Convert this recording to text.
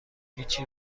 هیچی